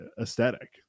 aesthetic